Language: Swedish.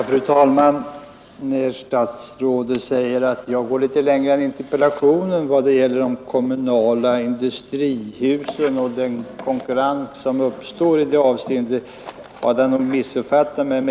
Fru talman! När statsrådet säger att jag går längre än interpellationen i avseende på de kommunala industrihusen och den konkurrens som uppstår i detta avseende har han missuppfattat mig.